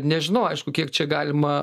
nežinau aišku kiek čia galima